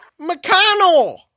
McConnell